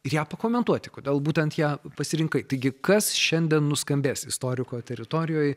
ir ją pakomentuoti kodėl būtent ją pasirinkai taigi kas šiandien nuskambės istoriko teritorijoj